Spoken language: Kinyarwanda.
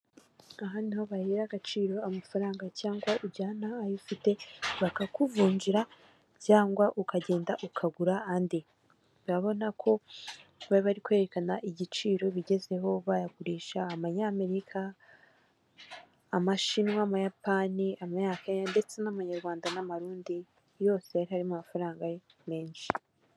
Aha niho bahera agaciro amafaranga cyangwa ujyana ayo ufite bakakuvungira cyangwa ukagenda ukagura andi, urabona ko baba bari kwerekana igiciro bigezeho bayagurisha abanyamerika amashinwa amayapani amanyakenya ndetse n'abanyarwanda n'amarundi yose harimo amafaranga menshi.